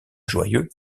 joyeux